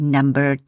Number